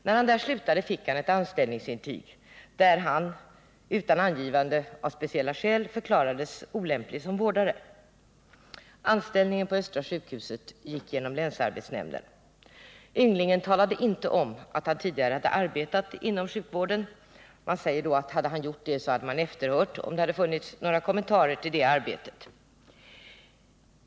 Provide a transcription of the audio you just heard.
När han slutade fick han ett anställningsintyg, där han utan angivande av speciella skäl förklarades olämplig som vårdare. Anställningen på Östra sjukhuset gick genom länsarbetsnämnden. Ynglingen talade inte om att han tidigare arbetat inom sjukvården. Man säger att hade han gjort det hade man hört efter om det funnits några kommentarer till det arbetet.